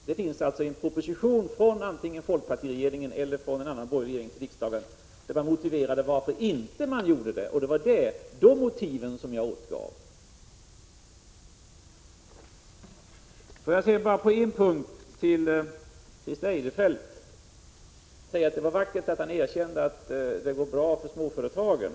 Det finns alltså en proposition antingen från folkpartiregeringen eller från en annan borgerlig regering till riksdagen, där man motiverat varför man inte lade fram nämnda förslag. Det var alltså de motiven som jag återgav. Sedan bara en punkt till. Jag vill till Christer Eirefelt säga att det var vackert att han erkände att det har gått bra för småföretagen.